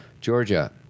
Georgia